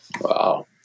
Wow